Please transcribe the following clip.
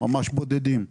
ממש בודדים.